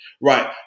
Right